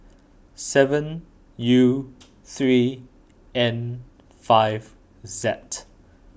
seven U three N five that